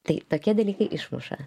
tai tokie dalykai išmuša